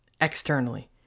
externally